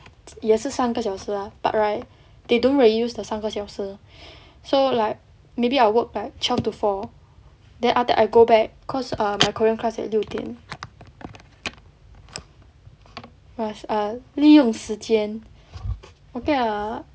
也是三个小时 lah but right they don't really use the 三个小时 so like maybe I'll work like twelve to four then after I go back because err my korean class at 六点 must err 利用时间 okay lah